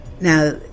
Now